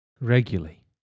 Regularly